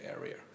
area